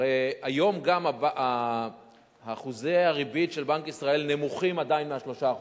היום אחוזי הריבית של בנק ישראל נמוכים עדיין מ-3%,